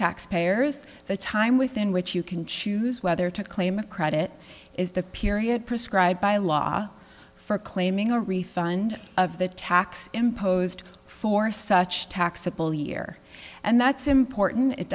taxpayers the time within which you can choose whether to claim credit is the period prescribed by law for claiming a refund of the tax imposed for such taxable year and that's important it